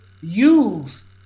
use